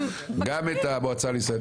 גם את המועצה הישראלית